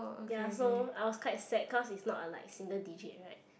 ya so I was quite sad cause it's a not like single digit right